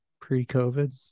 Pre-COVID